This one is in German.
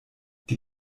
die